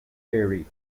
theory